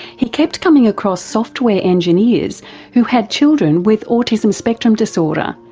he kept coming across software engineers who have children with autism spectrum disorder.